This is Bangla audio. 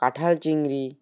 কাঁঠাল চিংড়ি